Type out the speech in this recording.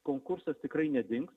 konkursas tikrai nedings